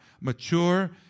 mature